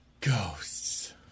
ghosts